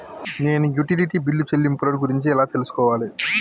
నేను utility bill చెల్లింపులను గురించి ఎలా తెలుసుకోవాలి?